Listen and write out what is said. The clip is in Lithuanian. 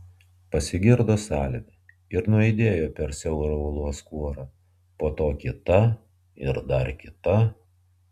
pasigirdo salvė ir nuaidėjo per siaurą uolos kuorą po to kita ir dar kita